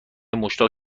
مشتاق